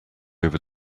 over